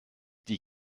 die